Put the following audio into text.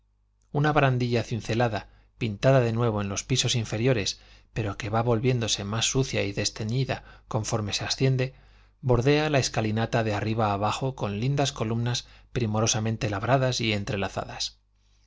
una barandilla cincelada pintada de nuevo en los pisos inferiores pero que va volviéndose más sucia y desteñida conforme se asciende bordea la escalinata de arriba abajo con lindas columnas primorosamente labradas y entrelazadas